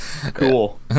Cool